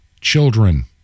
children